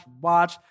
watch